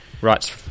writes